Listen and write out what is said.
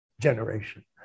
generation